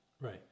Right